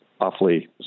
awfully